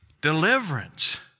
deliverance